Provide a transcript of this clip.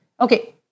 Okay